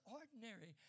ordinary